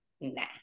nah